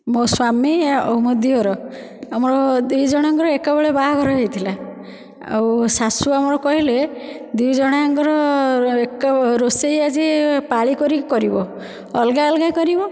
ମୋ' ସ୍ୱାମୀ ଆଉ ମୋ' ଦିଅର ଆମର ଦୁଇ ଜଣଙ୍କର ଏକା ବେଳେ ବାହାଘର ହୋଇଥିଲା ଆଉ ଶାଶୁ ଆମର କହିଲେ ଦୁଇ ଜଣ ଯାକର ଏକ ରୋଷେଇ ଆଜି ପାଳି କରିକି କରିବ ଅଲଗା ଅଲଗା କରିବ